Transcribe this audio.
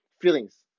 Feelings